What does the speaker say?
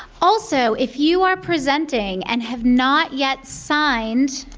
also, if you are presenting and have not yet signed